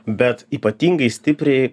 bet ypatingai stipriai